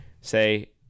Say